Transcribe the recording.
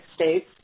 States